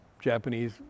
Japanese